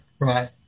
right